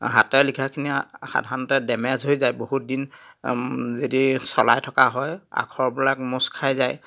হাতে লিখাখিনি সাধাৰণতে ডেমেজ হৈ যায় বহুতদিন যদি চলাই থকা হয় আখৰবিলাক মোঁচ খাই যায়